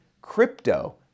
crypto